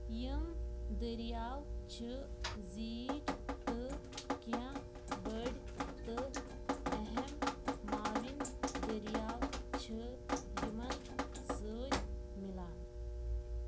یِم دریاو چھِ زیٖٹھ تہٕ کیٚنٛہہ بٔڈۍ تہٕ اہم معاوِن دریاو چھِ یِمَن سۭتۍ مِلان